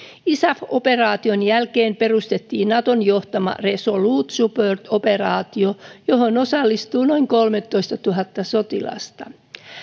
isaf operaation jälkeen perustettiin naton johtama resolute support operaatio johon osallistuu noin kolmetoistatuhatta sotilasta